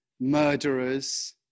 murderers